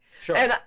Sure